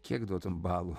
kiek duotum balų